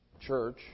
church